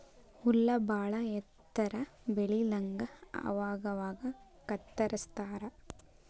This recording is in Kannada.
ಹುಲ್ಲ ಬಾಳ ಎತ್ತರ ಬೆಳಿಲಂಗ ಅವಾಗ ಅವಾಗ ಕತ್ತರಸ್ತಾರ